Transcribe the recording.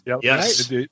yes